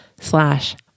slash